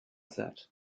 said